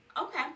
Okay